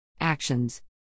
Actions